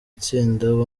itsinda